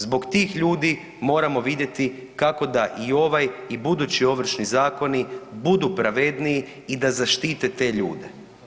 Zbog tih ljudi moramo vidjeti kako da i ovaj i budući ovršni zakoni budu pravedniji i da zaštite te ljude.